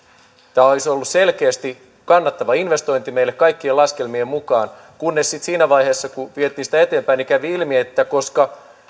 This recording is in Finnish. tämä olisi ollut selkeästi kannattava investointi meille kaikkien laskelmien mukaan kunnes sitten siinä vaiheessa kun sitä vietiin eteenpäin kävi ilmi että koska